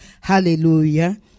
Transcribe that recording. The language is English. Hallelujah